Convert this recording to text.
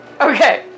Okay